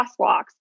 crosswalks